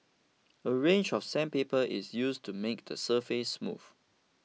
a range of sandpaper is used to make the surface smooth